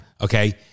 Okay